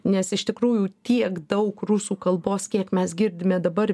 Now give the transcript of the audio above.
nes iš tikrųjų tiek daug rusų kalbos kiek mes girdime dabar